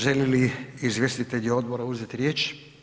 Žele li izvjestitelji odbora uzeti riječ?